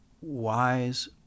wise